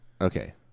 okay